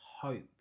hope